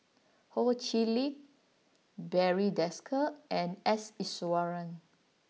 Ho Chee Lick Barry Desker and S Iswaran